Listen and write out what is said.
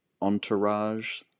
Entourage